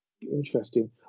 Interesting